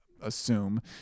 assume